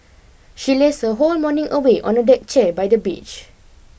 she lazed her whole morning away on a deck chair by the beach